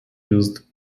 used